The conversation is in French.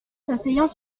s’asseyant